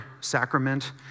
sacrament